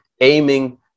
aiming